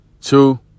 two